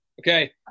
Okay